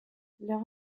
leurs